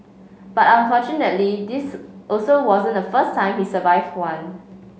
but unfortunately this also wasn't the first time he survive one